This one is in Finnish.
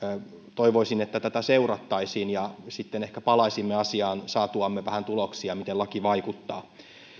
toivoisin että tätä seurattaisiin ja sitten ehkä palaisimme asiaan saatuamme vähän tuloksia miten laki vaikuttaa